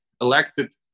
elected